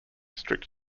strict